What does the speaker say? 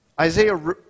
Isaiah